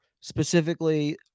Specifically